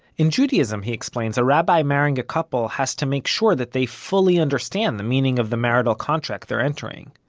in judaism, he explained, a rabbi marrying a couple has to make sure that they fully understand the meaning of the marital contract they're entering.